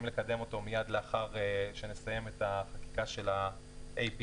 לקדם אותו מיד לאחר שנסיים את החקיקה של ה-API,